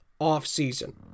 offseason